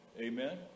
Amen